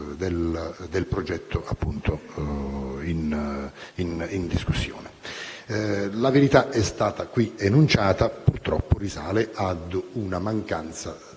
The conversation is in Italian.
del progetto in discussione. La verità è stata qui enunciata e, purtroppo, risale ad una mancata